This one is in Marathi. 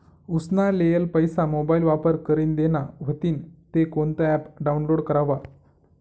उसना लेयेल पैसा मोबाईल वापर करीन देना व्हतीन ते कोणतं ॲप डाऊनलोड करवा?